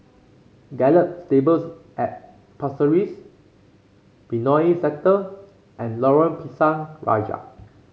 Gallop Stables at Pasir Ris Benoi Sector and Lorong Pisang Raja